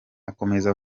akomeza